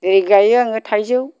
जेरै गायो आङो थाइजौ